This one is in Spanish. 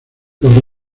los